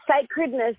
sacredness